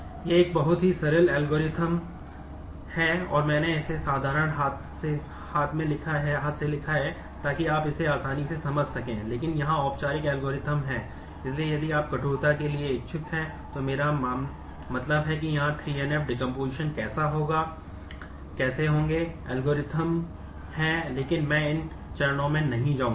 यह एक बहुत ही सरल एल्गोरिथ्म है लेकिन मैं इन चरणों में नहीं जाऊंगा